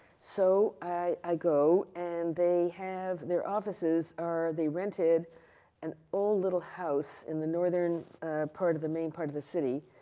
so, i go, and they have their offices are they rented an old little house in the northern part of the main part of the city.